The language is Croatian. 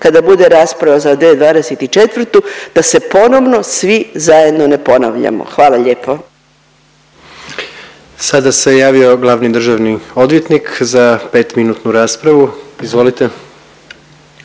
kada bude rasprava za 2024. da se ponovno svi zajedno ne ponavljamo. Hvala lijepo. **Jandroković, Gordan (HDZ)** Sada se javio glavni državni odvjetnik za 5-minutnu raspravu. Izvolite.